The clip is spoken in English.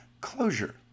closure